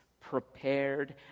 Prepared